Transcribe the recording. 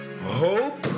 hope